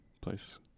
place